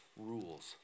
rules